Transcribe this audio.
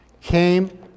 came